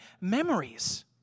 memories